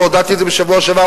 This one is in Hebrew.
והודעתי את זה בשבוע שעבר.